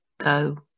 go